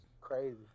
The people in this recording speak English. crazy